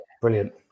brilliant